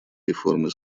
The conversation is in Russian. реформы